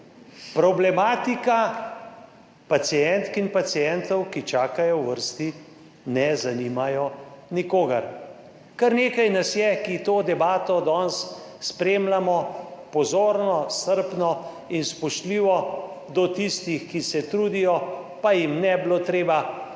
Problematika pacientk in pacientov, ki čakajo v vrsti, ne zanima nikogar. Kar nekaj nas je, ki to debato danes spremljamo pozorno, strpno in spoštljivo do tistih, ki se trudijo, pa se jim ne bi bilo treba, recimo